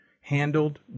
handled